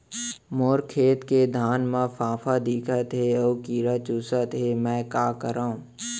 मोर खेत के धान मा फ़ांफां दिखत हे अऊ कीरा चुसत हे मैं का करंव?